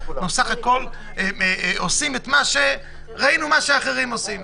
בסך-הכול, ראינו מה שאחרים עושים.